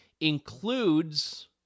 includes